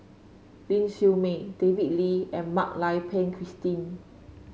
Ling Siew May David Lee and Mak Lai Peng Christine